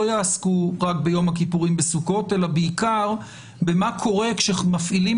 יעסקו רק ביום הכיפורים ובסוכות אלא בעיקר במה קורה כשמפעילים